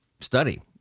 study